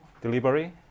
delivery